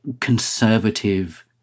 conservative